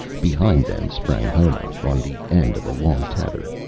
behind them sprang honath on the end of a long tether,